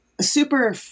super